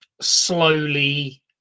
slowly